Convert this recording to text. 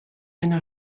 einer